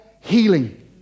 healing